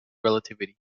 relativity